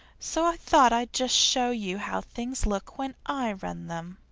so i thought i'd just show you how things look when i run them.